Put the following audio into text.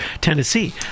Tennessee